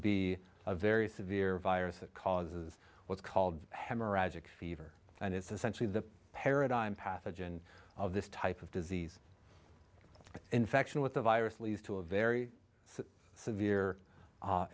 be a very severe virus it causes what's called hemorrhagic fever and it's essentially the paradigm pathogen of this type of disease the infection with the virus leads to a very severe